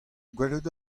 gwelet